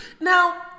Now